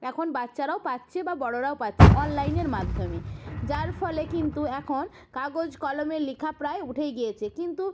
এখন বাচ্চারাও পাচ্ছে বা বড়োরাও পাচ্ছে অনলাইনের মাধ্যমে যার ফলে কিন্তু এখন কাগজ কলমে লেখা প্রায় উঠেই গিয়েছে কিন্তু